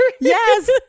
Yes